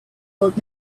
old